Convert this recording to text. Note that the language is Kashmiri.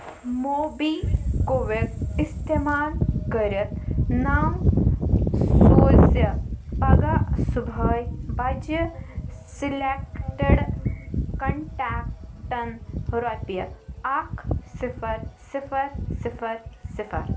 موبی کُوِک استعمال کٔرِتھ نو سوٗزِ پگہہ صبحٲے بجہِ سلیکٹِڈ کنٹیکٹَن رۄپیہِ اکھ صِفر صِفر صِفرصِفر